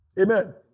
Amen